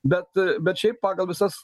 bet bet šiaip pagal visas